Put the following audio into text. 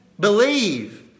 Believe